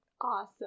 Awesome